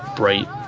bright